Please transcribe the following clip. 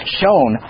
shown